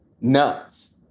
nuts